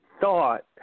thought